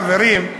חברים.